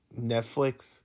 Netflix